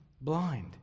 blind